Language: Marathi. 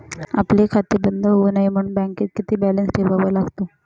आपले खाते बंद होऊ नये म्हणून बँकेत किती बॅलन्स ठेवावा लागतो?